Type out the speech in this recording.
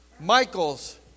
Michaels